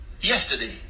Yesterday